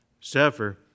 suffer